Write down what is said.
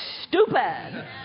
stupid